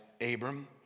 Abram